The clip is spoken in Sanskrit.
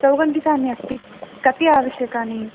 सौगन्धिकानि अस्ति कति आवश्यकानि